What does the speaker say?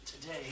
Today